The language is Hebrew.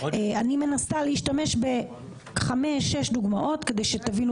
אני מנסה להשתמש בחמש-שש דוגמאות כדי שתבינו